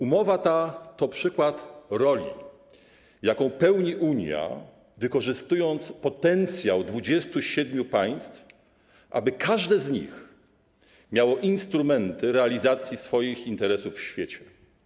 Umowa ta to przykład roli, jaką pełni Unia, wykorzystując potencjał 27 państw, aby każde z nich miało instrumenty realizacji swoich interesów w świecie.